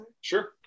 Sure